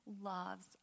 loves